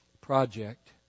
project